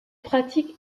pratiques